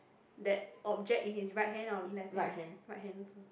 that object in his right hand or left hand right hand also